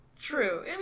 True